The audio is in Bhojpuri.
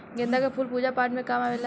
गेंदा के फूल पूजा पाठ में काम आवेला